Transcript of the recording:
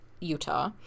Utah